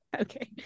okay